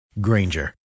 Granger